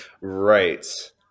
Right